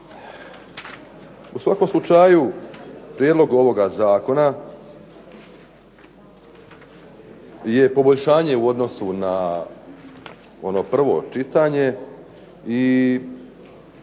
U svakom slučaju Prijedlog ovoga zakona je poboljšanje u odnosu na ono prvo čitanje, i iako kažem